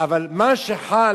אבל מה שחל,